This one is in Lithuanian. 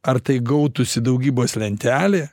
ar tai gautųsi daugybos lentelė